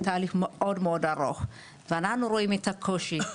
תהליך מאוד מאוד ארוך ואנחנו רואים את הקושי.